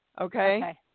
Okay